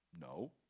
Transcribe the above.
No